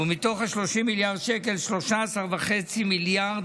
ומתוך ה-30 מיליארד שקל 13.5 מיליארד